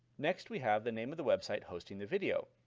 next, we have the name of the website hosting the video,